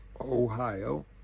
Ohio